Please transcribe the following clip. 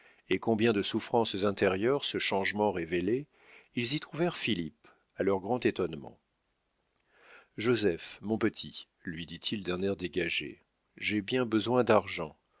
et combien de souffrances intérieures ce changement révélait ils y trouvèrent philippe à leur grand étonnement joseph mon petit lui dit-il d'un air dégagé j'ai bien besoin d'argent